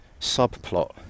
subplot